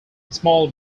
small